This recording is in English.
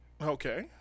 Okay